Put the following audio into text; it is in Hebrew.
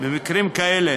במקרים כאלה